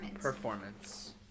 performance